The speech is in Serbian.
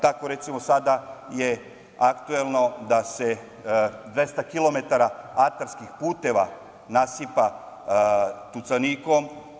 Tako, recimo, sada je aktuelno da se 200 km atarskih puteva nasipa tucanikom.